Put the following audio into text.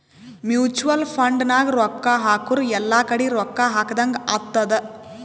mutual fund ನಾಗ್ ರೊಕ್ಕಾ ಹಾಕುರ್ ಎಲ್ಲಾ ಕಡಿ ರೊಕ್ಕಾ ಹಾಕದಂಗ್ ಆತ್ತುದ್